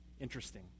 interesting